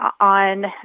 on